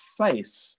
face